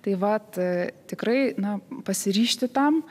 tai vat tikrai na pasiryžti tam